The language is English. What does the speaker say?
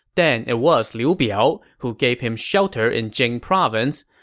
then, it was liu biao, who gave him shelter in jing province.